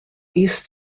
east